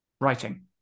writing